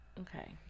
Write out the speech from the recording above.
Okay